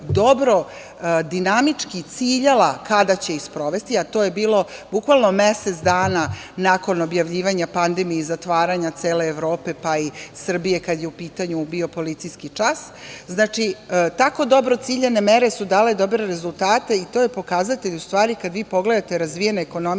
dobro, dinamički ciljala kada će ih sprovesti, a to je bilo bukvalno mesec dana nakon objavljivanja pandemije i zatvaranja cele Evrope, pa i Srbije kada je u pitanju bio policijski čas. Znači, tako dobro ciljane mere su dale dobre rezultate i to je pokazatelj, u stvari, kada vi pogledate razvijene ekonomije